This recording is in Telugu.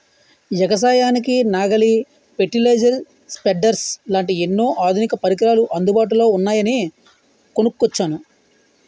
ఎగసాయానికి నాగలి, పెర్టిలైజర్, స్పెడ్డర్స్ లాంటి ఎన్నో ఆధునిక పరికరాలు అందుబాటులో ఉన్నాయని కొనుక్కొచ్చాను